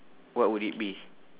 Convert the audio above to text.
what would it be